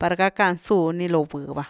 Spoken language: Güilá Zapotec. par gackan zú ni lo vh’ va.